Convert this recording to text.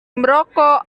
merokok